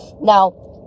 now